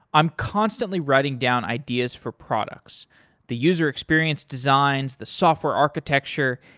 i'm constantly writing down ideas for products the user experience designs, the software architecture,